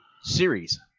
series